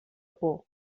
por